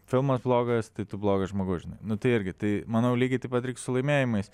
filmas blogas tai tu blogas žmogus žinai nu tai irgi tai manau lygiai taip pat reik su laimėjimais